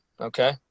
Okay